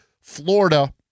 Florida